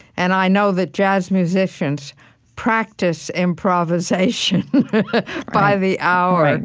and i know that jazz musicians practice improvisation by the hour. and